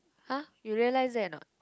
!huh! you realise that or not